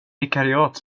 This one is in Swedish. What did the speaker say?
vikariat